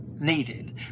needed